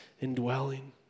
indwelling